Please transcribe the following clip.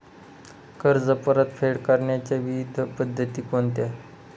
कर्ज परतफेड करण्याच्या विविध पद्धती कोणत्या?